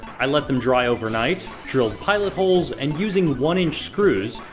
i let them dry overnight, drilled pilot holes, and using one inch screws,